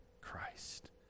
Christ